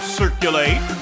circulate